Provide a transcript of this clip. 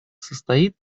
состоит